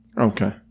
Okay